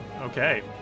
Okay